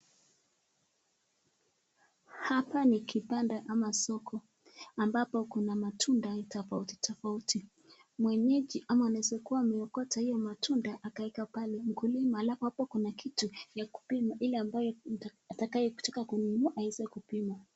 Hapa ni kibanda ama soko ambapo kuna matunda tofauti tofauti mwenyeji ama anaeza kuwa ameokota hiyo matunda akaeka pale mkulima alafu hapo kuna kitu ya kupima ili ambaye atakayetaka kununua aweze kupima.